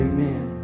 Amen